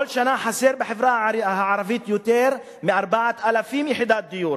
כל שנה חסרות בחברה הערבית יותר מ-4,000 יחידות דיור.